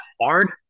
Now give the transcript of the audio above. hard